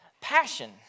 passion